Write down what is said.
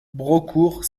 braucourt